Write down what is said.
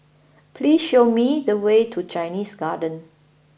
please show me the way to Chinese Garden